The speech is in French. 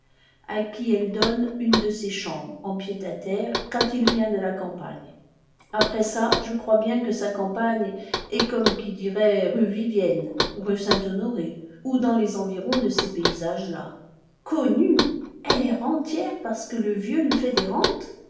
à qui elle donne une de ses chambres en pied-à-terre quand il vient de la campagne après ça je crois bien que sa campagne est comme qui dirait rue vivienne rue saint-honoré ou dans les environs de ces paysages là connu elle est rentière parce que le vieux lui